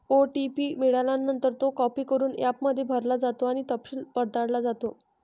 OTP मिळाल्यानंतर, तो copy करून ॲपमध्ये भरला जातो आणि तपशील पडताळला जातो